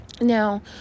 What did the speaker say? Now